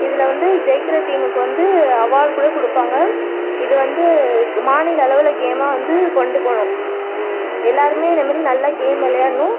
இதில் வந்து ஜெயிக்கின்ற டீமுக்கு வந்து அவார்ட் கூட கொடுப்பாங்க இது வந்து மாநில அளவில் கேமாக வந்து கொண்டு போகணும் எல்லோருமே இந்த மாதிரி நல்லா கேம் விளையாடணும்